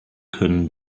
können